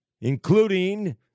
including